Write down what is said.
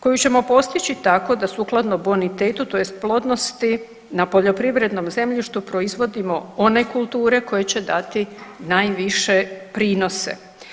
koju ćemo postići tako da sukladno bonitetu, tj. plodnosti na poljoprivrednom zemljištu proizvodimo one kulture koje će dati najviše prinose.